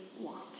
want